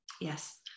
Yes